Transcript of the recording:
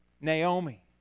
Naomi